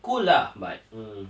cool lah but mm